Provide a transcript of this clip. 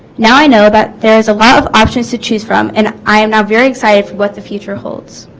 now i know about there is a lot of options to choose from and i am now very excited for what the future holds